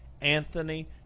anthony